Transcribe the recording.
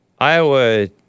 Iowa